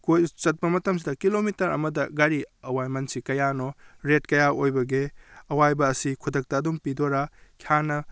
ꯀꯣꯏꯕ ꯆꯠꯄ ꯃꯇꯝꯁꯤꯗ ꯀꯤꯂꯣꯃꯤꯇꯔ ꯑꯃꯗ ꯒꯥꯔꯤ ꯑꯋꯥꯏꯃꯟꯁꯤ ꯀꯌꯥꯅꯣ ꯔꯦꯠ ꯀꯌꯥ ꯑꯣꯏꯕꯒꯦ ꯑꯋꯥꯏꯕ ꯑꯁꯤ ꯈꯨꯗꯛꯇ ꯑꯗꯨꯝ ꯄꯤꯗꯣꯏꯔ ꯍꯥꯟꯅ